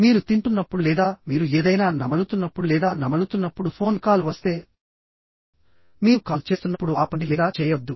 మీరు తింటున్నప్పుడు లేదా మీరు ఏదైనా నమలుతున్నప్పుడులేదా నమలుతున్నప్పుడు ఫోన్ కాల్ వస్తేమీరు కాల్ చేస్తున్నప్పుడు ఆపండి లేదా చేయవద్దు